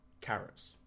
carrots